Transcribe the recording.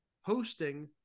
hosting